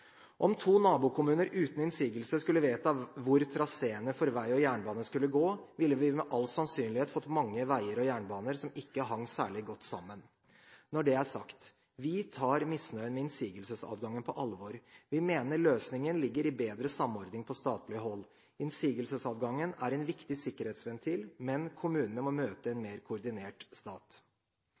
Om to nabokommuner uten innsigelse skulle vedta hvor traseene for vei og jernbane skulle gå, ville vi med all sannsynlighet fått mange veier og jernbaner som ikke hang særlig godt sammen. Når det er sagt: Vi tar misnøyen med innsigelsesadgangen på alvor. Vi mener løsningen ligger i bedre samordning på statlig hold. Innsigelsesadgangen er en viktig sikkerhetsventil, men kommunene må møte en mer koordinert stat.